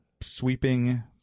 sweeping